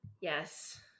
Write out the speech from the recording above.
yes